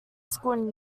school